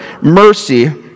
mercy